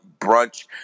Brunch